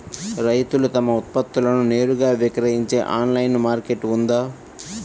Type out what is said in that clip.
రైతులు తమ ఉత్పత్తులను నేరుగా విక్రయించే ఆన్లైను మార్కెట్ ఉందా?